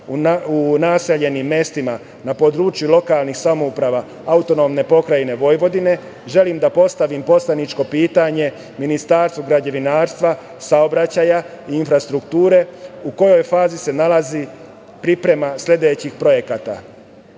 u naseljenim mestima na području lokalnih samouprava AP Vojvodine želim da postavim poslaničko pitanje Ministarstvu građevinarstva, saobraćaja i infrastrukture – u kojoj fazi se nalazi priprema sledećih projekta: